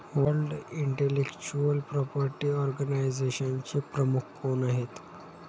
World intellectual property ऑर्गनायझेशनचे प्रमुख कोण आहेत?